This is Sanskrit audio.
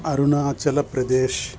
अरुणालप्रदेशः